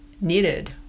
needed